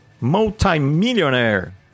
Multi-millionaire